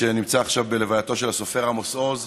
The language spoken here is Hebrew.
שנמצא עכשיו בהלווייתו של הסופר עמוס עוז,